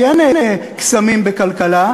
כי אין קסמים בכלכלה,